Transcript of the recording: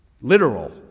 Literal